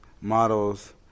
models